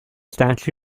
statute